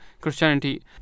Christianity